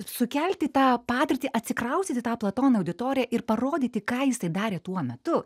sukelti tą patirtį atsikraustyt į tą platono auditoriją ir parodyti ką jisai darė tuo metu